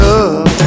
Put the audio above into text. Love